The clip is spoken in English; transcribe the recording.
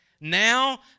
Now